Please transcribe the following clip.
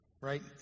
Right